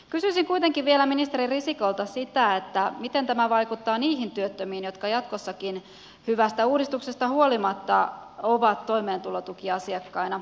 kysyisin kuitenkin vielä ministeri risikolta sitä miten tämä vaikuttaa niihin työttömiin jotka jatkossakin hyvästä uudistuksesta huolimatta ovat toimeentulotukiasiakkaina